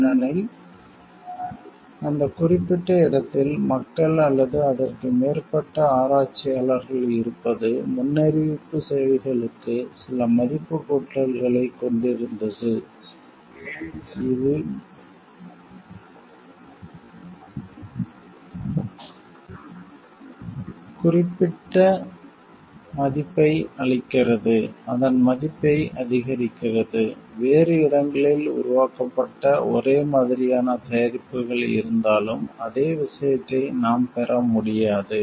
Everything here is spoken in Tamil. ஏனெனில் அந்த குறிப்பிட்ட இடத்தில் மக்கள் அல்லது அதற்கு மேற்பட்ட ஆராய்ச்சியாளர்கள் இருப்பது முன்னறிவிப்பு சேவைகளுக்கு சில மதிப்புக் கூட்டல்களைக் கொண்டிருந்தது இது குறிப்பிட்ட மதிப்பை அளிக்கிறது அதன் மதிப்பை அதிகரிக்கிறது வேறு இடங்களில் உருவாக்கப்பட்ட ஒரே மாதிரியான தயாரிப்புகள் இருந்தாலும் அதே விஷயத்தை நாம் பெற முடியாது